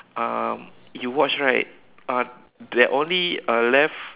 um you watch right uh that only uh left